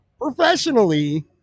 professionally